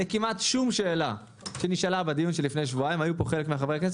כמעט שום שאלה שנשאלה בדיון שנערך לפני שבועיים לא נענתה.